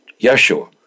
Yeshua